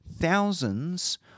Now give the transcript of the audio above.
thousands